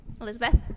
Elizabeth